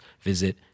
visit